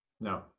no